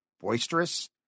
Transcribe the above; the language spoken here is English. boisterous